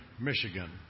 Michigan